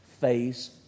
face